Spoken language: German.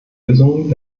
lösungen